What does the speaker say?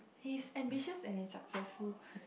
he's ambitious and he's successful